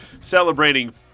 celebrating